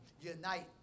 Unite